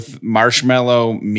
marshmallow